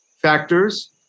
factors